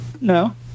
No